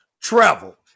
Travel